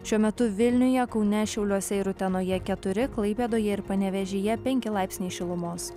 šiuo metu vilniuje kaune šiauliuose ir utenoje keturi klaipėdoje ir panevėžyje penki laipsniai šilumos